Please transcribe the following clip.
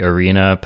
Arena